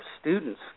students